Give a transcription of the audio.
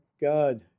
God